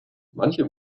manche